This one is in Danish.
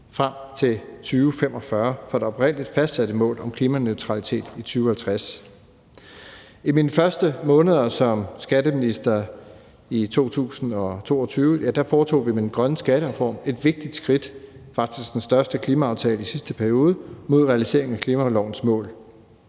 frem til 2045 fra det oprindelige fastsatte mål om klimaneutralitet i 2050. I mine første måneder som skatteminister i 2022 tog vi med den grønne skattereform et vigtigt skridt – det var faktisk den største klimaaftale i sidste periode – mod realiseringen af klimalovens mål.